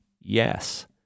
yes